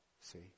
see